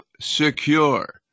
secure